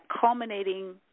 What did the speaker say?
culminating